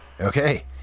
Okay